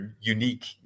unique